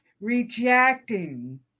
rejecting